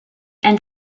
and